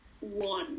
one